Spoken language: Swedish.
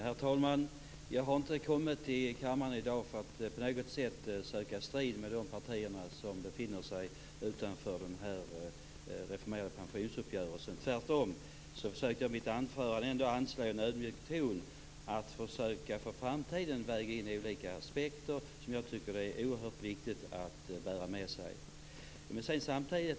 Herr talman! Jag har inte kommit till kammaren i dag för att på något sätt söka strid med de partier som befinner sig utanför den reformerade pensionsuppgörelsen. Tvärtom försökte jag i mitt anförande anslå en ödmjuk ton. Jag talade om att man för framtiden skall försöka väga in olika aspekter som jag tycker är oerhört viktiga att bära med sig.